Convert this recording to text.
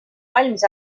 valmis